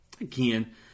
again